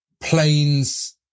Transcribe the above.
planes